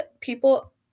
people